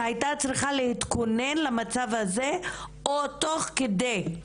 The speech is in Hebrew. שהיתה צריכה להתכונן למצב הזה או תוך כדי.